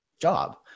job